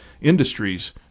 industries